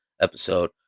episode